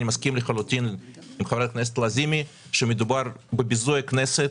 אני מסכים לחלוטין עם חברת הכנסת לזימי שמדובר בביזוי הכנסת,